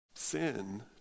Sin